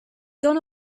gone